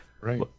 Right